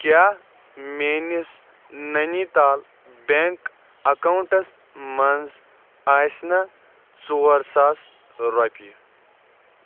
کیٛاہ میٛٲنِس Nainital bank accounts منٛز آسہِ نا ژور ساس رۄپیہِ